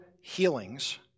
healings